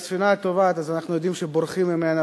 כשהספינה טובעת אז אנחנו יודעים שבורחים ממנה,